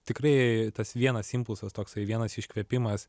tikrai tas vienas impulsas toksai vienas iškvėpimas